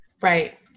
Right